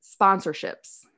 sponsorships